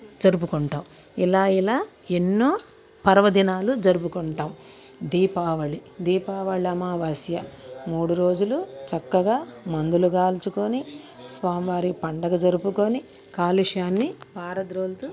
జరుపుకుంటాం ఇలా ఇలా ఎన్నో పర్వదినాలు జరుపుకుంటాం దీపావళి దీపావళి అమావాస్య మూడు రోజులు చక్కగా మందులు కాల్చుకొని స్వామివారి పండుగ జరుపుకోని కాలుష్యాన్ని పారద్రోలుతూ